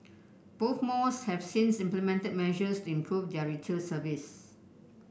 both malls have since implemented measures to improve their retail service